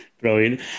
Brilliant